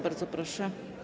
Bardzo proszę.